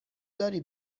داری